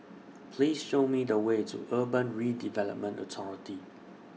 Please Show Me The Way to Urban Redevelopment Authority